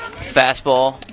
Fastball